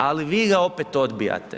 Ali vi ga opet odbijate.